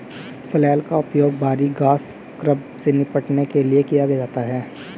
flail का उपयोग भारी घास स्क्रब से निपटने के लिए किया जाता है